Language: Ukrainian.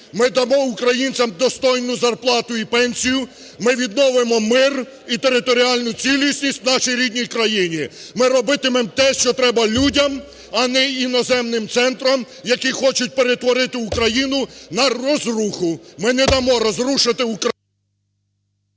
ми дамо українцям достойну зарплату і пенсію, ми відновимо мир і територіальну цілісність в нашій рідній країні. Ми робитимемо те, що треба людям, а не іноземним центрам, які хочуть перетворити Україну на розруху. Ми не дамо розрушити Україну!